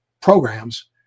programs